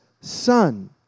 son